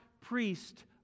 priest